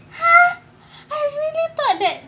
!huh! I really thought that